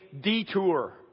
detour